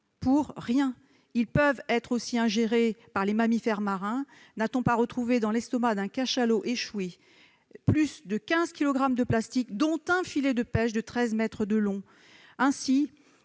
pour rien. Ils peuvent être aussi ingérés par les mammifères marins : n'a-t-on pas retrouvé dans l'estomac d'un cachalot échoué plus de quinze kilogrammes de plastique, dont un filet de pêche de treize mètres de long ? Ainsi,